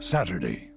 Saturday